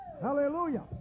Hallelujah